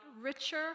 richer